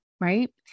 right